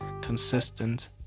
consistent